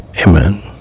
Amen